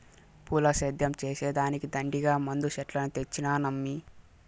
పూల సేద్యం చేసే దానికి దండిగా మందు చెట్లను తెచ్చినానమ్మీ